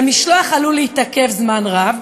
"המשלוח עלול להתעכב זמן רב,